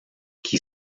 qui